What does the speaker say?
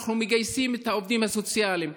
אנחנו מגייסים את העובדים הסוציאליים,